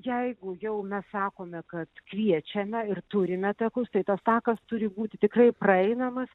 jeigu jau mes sakome kad kviečiame ir turime takus tai tas takas turi būti tikrai praeinamas